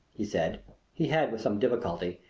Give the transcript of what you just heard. he said he had, with some difficulty,